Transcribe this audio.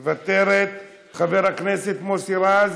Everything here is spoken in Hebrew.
מוותרת, חבר הכנסת מוסי רז,